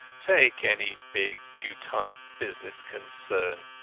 take any big teutonic business concern.